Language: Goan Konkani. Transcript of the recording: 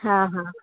हां हां